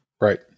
Right